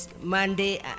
Monday